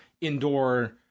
indoor